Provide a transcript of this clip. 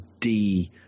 d-